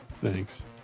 Thanks